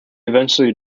eventually